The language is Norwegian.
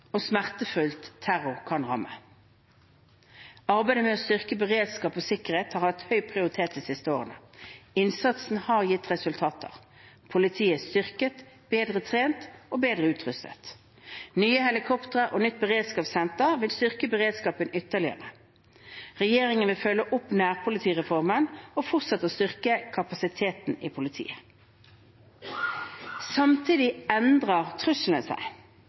og smertefullt terror kan ramme. Arbeidet med å styrke beredskap og sikkerhet har hatt høy prioritet de siste årene. Innsatsen har gitt resultater. Politiet er styrket, bedre trent og bedre utrustet. Nye helikoptre og nytt beredskapssenter vil styrke beredskapen ytterligere. Regjeringen vil følge opp nærpolitireformen og fortsette å styrke kapasiteten i politiet. Samtidig endrer truslene seg.